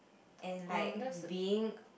and like being